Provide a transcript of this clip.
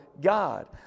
God